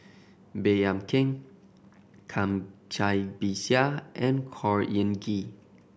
Baey Yam Keng Cai Bixia and Khor Ean Ghee